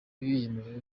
yemerewe